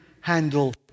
handle